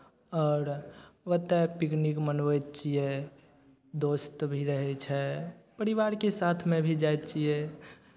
आओर ओतय पिकनिक मनबै छियै दोस्त भी रहै छै परिवारके साथमे भी जाइ छियै